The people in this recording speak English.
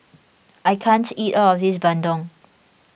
I can't eat all of this Bandung